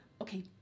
Okay